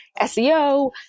seo